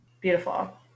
Beautiful